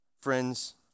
Friends